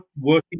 working